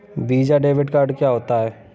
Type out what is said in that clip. Visa debit card क्या होता है?